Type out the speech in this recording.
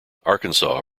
arkansas